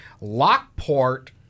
Lockport